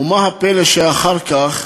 ומה הפלא שאחר כך